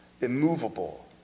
immovable